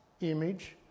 image